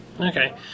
Okay